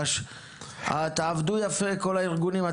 תעבדו יפה כל הארגונים,